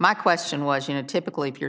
my question was you know typically pure